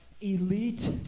elite